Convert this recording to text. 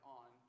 on